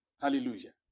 Hallelujah